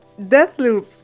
Deathloop